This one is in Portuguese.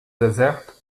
deserto